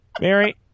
Mary